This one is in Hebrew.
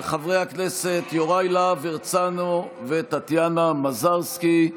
של חברי הכנסת יוראי להב הרצנו וטטיאנה מזרסקי,